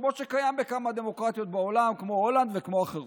כמו בכמה דמוקרטיות בעולם כמו הולנד וכמו אחרות.